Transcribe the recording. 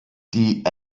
die